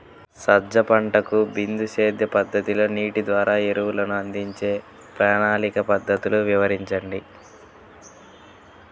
సజ్జ పంటకు బిందు సేద్య పద్ధతిలో నీటి ద్వారా ఎరువులను అందించే ప్రణాళిక పద్ధతులు వివరించండి?